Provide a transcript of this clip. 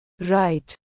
Right